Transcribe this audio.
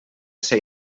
ser